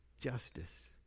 justice